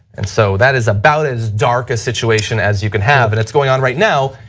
and so that is about as dark a situation as you can have, and it's going on right now,